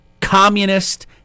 communist